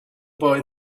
boy